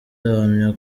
ahamya